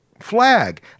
flag